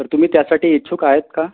तर तुम्ही त्यासाठी इच्छुक आहेत का